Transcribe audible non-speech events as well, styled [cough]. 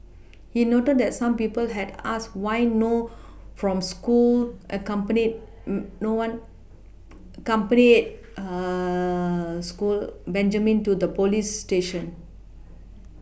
he noted that some people had asked why no from school a company [hesitation] no one [noise] accompanied [hesitation] school Benjamin to the police station [noise]